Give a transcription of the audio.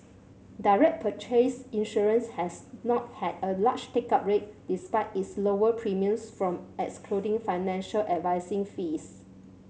direct purchase insurance has not had a large take up rate despite its lower premiums from excluding financial advising fees